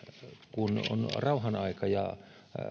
kun on rauhanaika ja